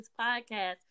podcast